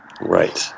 Right